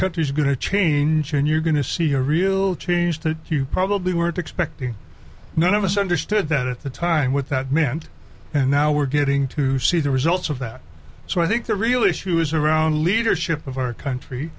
country is going to change and you're going to see a real change that you probably weren't expecting none of us understood that at the time what that meant and now we're getting to see the results of that so i think the real issue is around leadership of our country